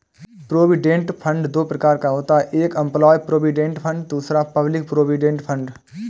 provident fund दो प्रकार का होता है एक एंप्लॉय प्रोविडेंट फंड दूसरा पब्लिक प्रोविडेंट फंड